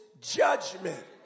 judgment